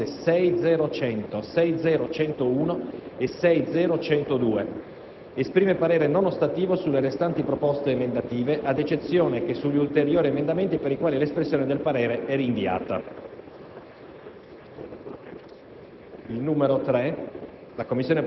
Esprime inoltre parere di semplice contrarietà sulle proposte 6.0.100, 6.0.101 e 6.0.102. Esprime parere non ostativo sulle restanti proposte emendative, ad eccezione che sugli ulteriori emendamenti per i quali l'espressione del parere è rinviata».